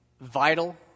vital